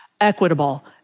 equitable